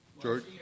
George